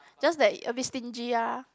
just that a bit stingy ah